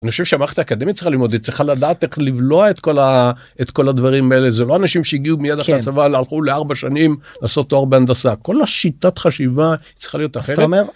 אני חושב שהמערכת האקדמית צריכה ללמוד. היא צריכה לדעת איך לבלוע את כל הדברים האלה. זה לא אנשים שהגיעו מיד אחרי הצבא, הלכו לארבע שנים לעשות תואר בהנדסה. כל השיטת חשיבה צריכה להיות אחרת.